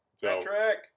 Patrick